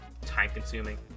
time-consuming